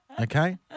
Okay